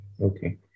Okay